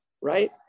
right